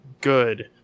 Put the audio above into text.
good